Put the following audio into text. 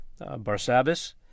Barsabbas